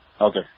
Okay